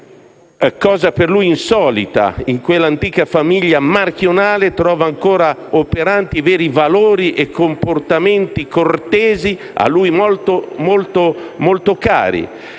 cosa per lui insolita. In quella antica famiglia marchionale trova ancora operanti i veri valori e comportamenti cortesi a lui molto cari.